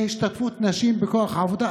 והשתתפות נשים בכוח העבודה,